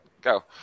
Go